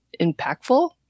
impactful